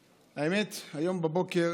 האמת, היום בבוקר